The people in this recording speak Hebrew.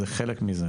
זה חלק מזה,